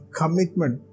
commitment